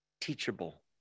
Teachable